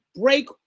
break